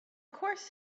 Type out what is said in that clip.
course